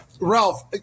Ralph